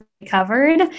Covered